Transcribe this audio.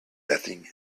nothing